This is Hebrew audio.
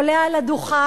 עולה על הדוכן,